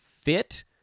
fit